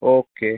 okay